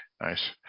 Nice